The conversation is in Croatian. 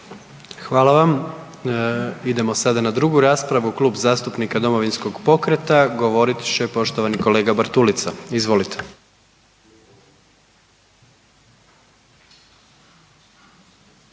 Hvala vam. Idemo sada na drugu raspravu, Klub zastupnika Domovinskog pokreta, govorit će poštovani kolega Bartulica. Izvolite.